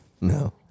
No